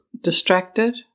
distracted